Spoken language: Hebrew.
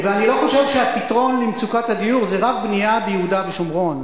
ואני לא חושב שהפתרון למצוקת הדיור זה רק בנייה ביהודה ושומרון.